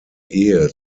ehe